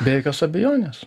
be jokios abejonės